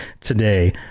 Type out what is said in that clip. today